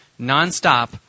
nonstop